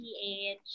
PH